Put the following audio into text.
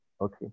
Okay